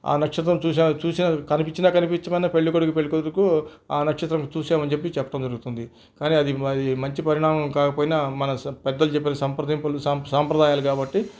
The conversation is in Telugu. ఆ నక్షత్రం చూసిన చూసినా కనిపిచ్చినా కనిపిచ్చకపోయినా పెళ్ళికొడుకు పెళ్ళి కూతురుకు ఆ నక్షత్రం చూశామని చెప్పి చెప్పటం జరుగుతుంది కాని అది మంచి పరిణామం కాకపోయినా మన పెద్దలు చెప్పిన సంప్రదింపులు సాం సాంప్రదాయాలు కాబట్టి